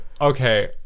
Okay